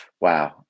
wow